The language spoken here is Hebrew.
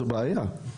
זו בעיה.